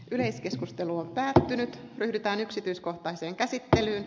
yleiskeskustelua käytätte nyt pyritään yksityiskohtaiseen käsittelyyn